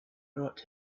brought